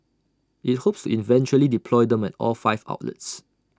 IT hopes to eventually deploy them at all five outlets